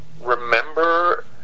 remember